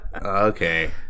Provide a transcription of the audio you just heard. okay